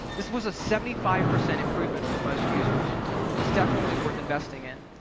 this was a seventy five percent improvement for most users. it was definitely worth investing in.